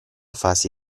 fasi